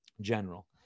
general